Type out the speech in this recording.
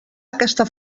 aquesta